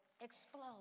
explode